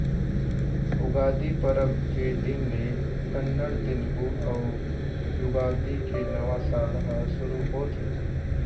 उगादी परब के दिन ले कन्नड़, तेलगु अउ युगादी के नवा साल ह सुरू होथे